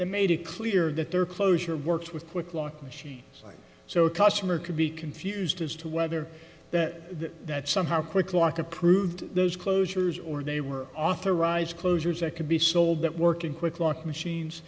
they made it clear that there closure works with quick lock machines so the customer could be confused as to whether that that somehow quick like approved those closures or they were authorized closures that could be sold that work in quick lock machines